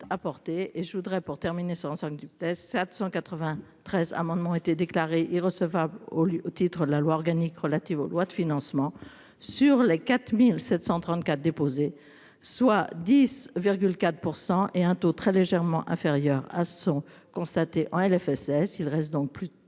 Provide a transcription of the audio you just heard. Apporter et je voudrais pour terminer sur l'ensemble du test, 780, 13 amendements ont été déclarés irrecevables au lieu, au titre de la loi organique relative aux lois de financement sur les 4734 déposées, soit 10,4% et un taux très légèrement inférieur à son constatés en LFSS. Il reste donc plus